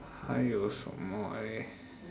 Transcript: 还有什么 eh